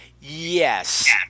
Yes